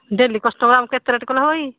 daily customer ଆମକୁ ଏତେ rate କଲେ ହବକି